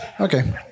Okay